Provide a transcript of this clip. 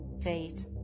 fate